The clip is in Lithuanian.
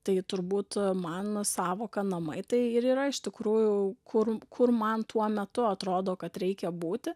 tai turbūt man sąvoka namai tai ir yra iš tikrųjų kur kur man tuo metu atrodo kad reikia būti